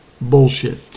bullshit